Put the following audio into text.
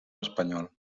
espanyol